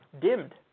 dimmed